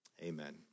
Amen